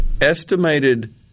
Estimated